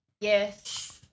Yes